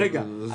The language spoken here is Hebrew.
רגע,